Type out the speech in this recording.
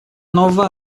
nova